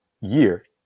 year